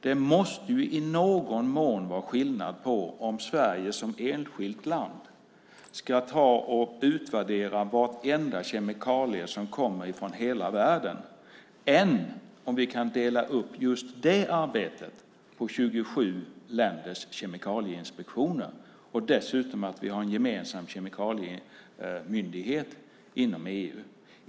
Det måste i någon mån vara skillnad mellan om Sverige som enskilt land ska utvärdera varenda kemikalie som kommer från hela världen och om vi kan dela upp det arbetet på 27 länders kemikalieinspektioner. Dessutom har vi en gemensam kemikaliemyndighet inom EU.